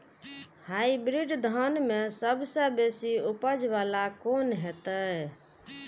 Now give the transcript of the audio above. Hybrid धान में सबसे बेसी उपज बाला कोन हेते?